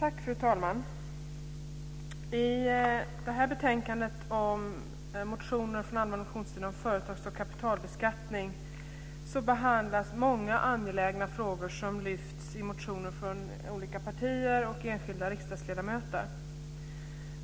Fru talman! I detta betänkande om motioner från allmänna motionstiden om företags och kapitalbeskattning behandlas många angelägna frågor som lyfts fram i motioner från olika partier och enskilda riksdagsledamöter.